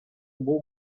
бул